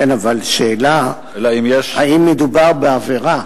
כן, אבל השאלה אם מדובר בעבירה,